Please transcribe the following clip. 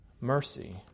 mercy